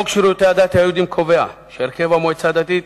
חוק שירותי הדת היהודיים קובע שהרכב המועצה הדתית,